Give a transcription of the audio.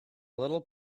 little